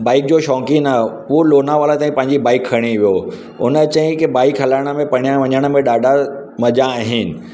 bike जो शौंक़ीनि आहियां उहो लोनावला ताईं पंहिंजी बाइक खणी वियो उन चयाईं की बाइक हलाइण में पञण वञण में ॾाढा मज़ा आहिनि